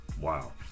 Wow